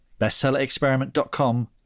bestsellerexperiment.com